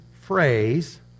phrase